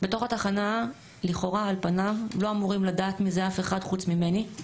בתוך התחנה לכאורה על פניו לא אמורים לדעת מזה אף אחד חוץ ממני.